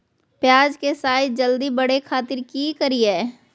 प्याज के साइज जल्दी बड़े खातिर की करियय?